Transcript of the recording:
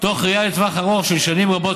בראייה לטווח ארוך, של שנים רבות